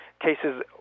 cases